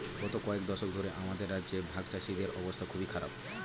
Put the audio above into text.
গত কয়েক দশক ধরে আমাদের রাজ্যে ভাগচাষীদের অবস্থা খুবই খারাপ